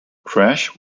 crash